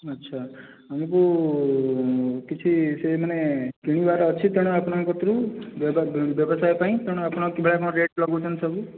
ଆଚ୍ଛା ଆମକୁ କିଛି ସେ ମାନେ କିଣିବାର ଅଛି ତେଣୁ ଆପଣଙ୍କ ପାଖରୁ ବ୍ୟବସାୟ ପାଇଁ ତେଣୁ ଆପଣ କିଭଳିଆ ରେଟ୍ ଲଗଉଛନ୍ତି ସବୁ